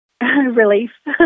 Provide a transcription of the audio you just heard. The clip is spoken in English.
Relief